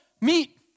meet